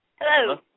Hello